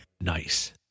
Nice